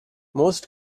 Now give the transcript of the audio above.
most